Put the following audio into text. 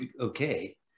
okay